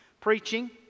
preaching